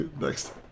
Next